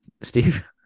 Steve